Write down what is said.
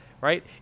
Right